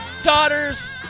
Daughters